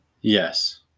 yes